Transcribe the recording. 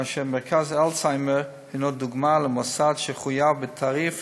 ומרכז האלצהיימר הוא דוגמה למוסד שחויב בתעריף